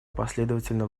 последовательно